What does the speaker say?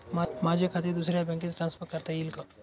माझे खाते दुसऱ्या बँकेत ट्रान्सफर करता येईल का?